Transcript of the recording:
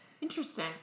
Interesting